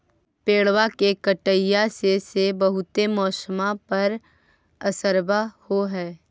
पेड़बा के कटईया से से बहुते मौसमा पर असरबा हो है?